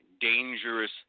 dangerous